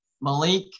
Malik